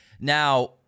Now